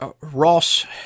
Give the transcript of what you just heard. Ross